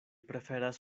preferas